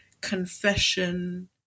confession